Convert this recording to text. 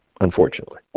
unfortunately